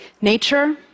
Nature